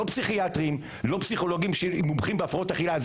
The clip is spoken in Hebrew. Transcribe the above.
ולא פסיכיאטרים ולא פסיכולוגים שמומחים בהפרעות אכילה.